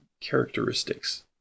characteristics